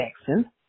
Jackson